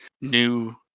new